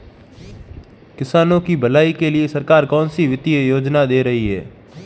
किसानों की भलाई के लिए सरकार कौनसी वित्तीय योजना दे रही है?